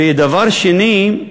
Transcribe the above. ודבר שני,